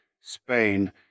Spain